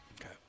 Okay